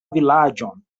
vilaĝon